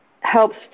helps